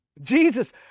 Jesus